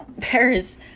Paris